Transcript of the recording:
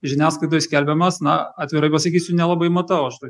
žiniasklaidoj skelbiamas na atvirai pasakysiu nelabai matau aš tai